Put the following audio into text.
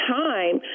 time